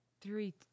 three